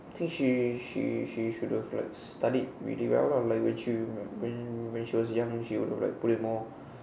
I think she she she should have studied really well lah like when she when when she was young she would like put in more